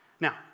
Now